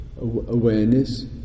awareness